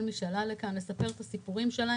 מי שעלה לכאן ושאנחנו יודעים לספר את הסיפור שלו.